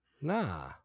Nah